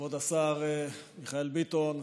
כבוד השר מיכאל ביטון,